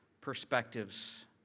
perspectives